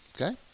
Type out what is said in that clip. Okay